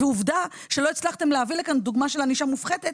ועובדה שלא הצלחתם להביא לכאן דוגמה של ענישה מופחתת,